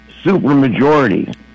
supermajority